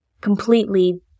completely